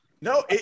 no